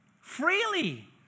freely